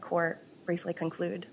core briefly conclude